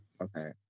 Okay